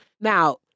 Now